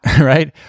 right